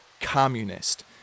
communist